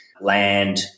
land